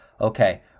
okay